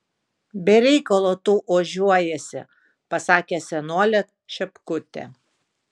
be reikalo tu ožiuojiesi pasakė senolė šepkutė